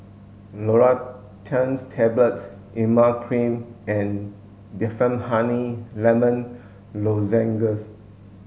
Loratadine Tablets Emla Cream and Difflam Honey Lemon Lozenges